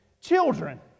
children